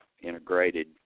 integrated